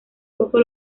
poco